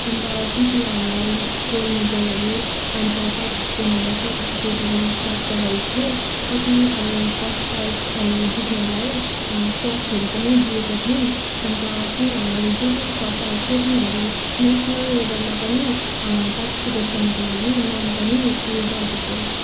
अन्त जित्नेहरूलाई गोल्ड मेडलहरू अन्त पार्टिसिपेन्टहरूलाई सर्टिफिकेटहरू प्राप्त गरेको थियो कति अब फर्स्ट प्राइजहरू जित्नेहरूलाई क्यासहरू पनि दिएका थिए अन्त तिनीहरूलाई जो जो फर्स्ट आएको थियो तिनीहरू नेसनल लेभलमा पनि पार्टिसिपेट गर्नुको लागि नाम पनि उयो दर्ज गरेको थियो